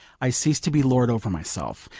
i ceased to be lord over myself.